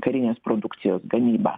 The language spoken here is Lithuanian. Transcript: karinės produkcijos gamybą